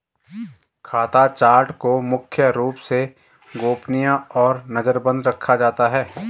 खाता चार्ट को मुख्य रूप से गोपनीय और नजरबन्द रखा जाता है